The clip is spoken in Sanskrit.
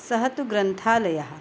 सः तु ग्रन्थालयः